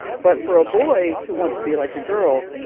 but for a boy to want to be like a girl,